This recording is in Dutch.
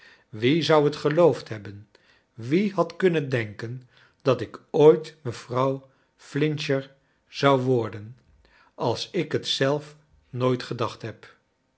wie zou t geloofd hebben wie had kunnen denken dat ik ooit mevrouw flincher zou worsen als ik t zelf nooit gedacht heb